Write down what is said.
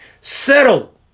Settle